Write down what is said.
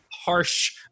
harsh